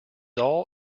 all